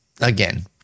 again